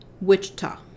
Wichita